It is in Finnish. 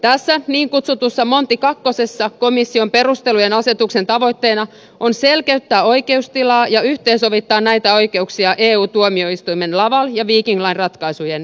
tässä niin kutsutussa monti iissa komission perustelujen asetuksen tavoitteena on selkeyttää oikeustilaa ja yhteensovittaa näitä oikeuksia eu tuomioistuimen laval ja viking line ratkaisujen jälkeen